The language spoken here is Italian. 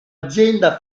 azienda